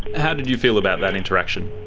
how did you feel about that interaction?